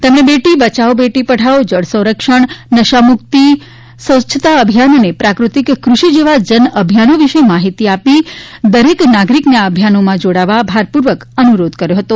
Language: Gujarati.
તેમણે બેટી બચાવો બેટી પઢાવો જળ સંરક્ષણ નશામુક્તિ સ્વચ્છતા અભિયાન અને પ્રાક઼તિક ક઼ષિ જેવા જન અભિયાનનો વિશે માહિતી આપી દરેક નાગરિકને આ અભિયાનમાં જોડાવ ભારપૂર્વક અનુરોધ કર્યો હતો